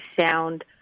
sound